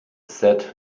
said